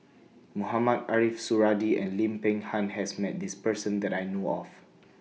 Mohamed Ariff Suradi and Lim Peng Han has Met This Person that I know of